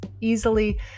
easily